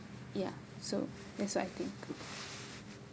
ya so that's what I think